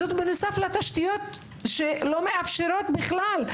זאת בנוסף לתשתיות שלא מאפשרות בכלל.